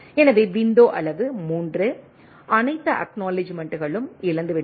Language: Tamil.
எனவே விண்டோ அளவு 3 அனைத்து அக்நாலெட்ஜ்மெண்ட்களும் இழந்துவிட்டன